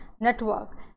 network